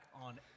on